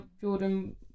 jordan